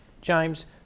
James